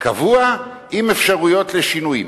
קבוע עם אפשרויות לשינויים.